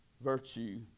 Virtue